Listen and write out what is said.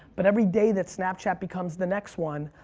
but every day that snapchat becomes the next one,